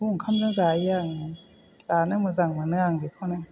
बेखौ ओंखामजों जायो आं जानो मोजां मोनो आं बेखौनो